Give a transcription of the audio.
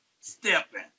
stepping